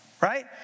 Right